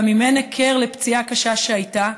גם אם אין היכר לפציעה הקשה שהייתה,